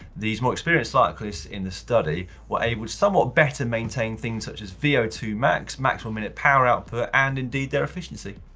these more experienced cyclists in the study were able somewhat better to maintain things such as v o two max, maximal minute power output, and indeed, their efficiency.